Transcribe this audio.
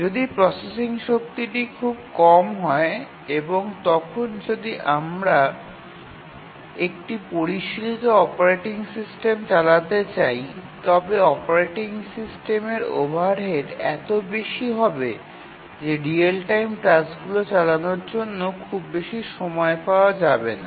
যদি প্রসেসিং শক্তিটি খুব কম হয় এবং তখন আমরা যদি একটি সাধারণভাবে ব্যবহার করা হয় এমন অপারেটিং সিস্টেম চালাতে চাই তবে অপারেটিং সিস্টেমের ওভারহেড এত বেশি হবে যে রিয়েল টাইম টাস্কগুলি চালানোর জন্য খুব বেশি সময় পাওয়া যাবে না